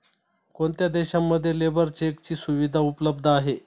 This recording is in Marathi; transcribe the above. कोणत्या देशांमध्ये लेबर चेकची सुविधा उपलब्ध आहे?